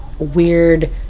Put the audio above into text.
weird